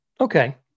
Okay